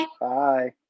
Bye